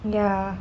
ya